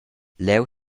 leu